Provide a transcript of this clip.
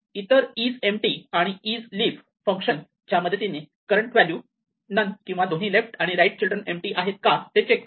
नंतर इसएम्पटी आणि is leaf function च्या मदतीने करंट व्हॅल्यू नन किंवा दोन्ही लेफ्ट आणि राईट चिल्ड्रन एम्पटी आहे का ते चेक करतो